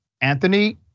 Anthony